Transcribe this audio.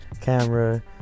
camera